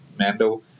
Mando